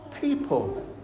people